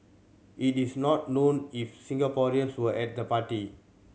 it is not known if Singaporeans were at the party